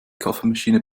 kaffeemaschine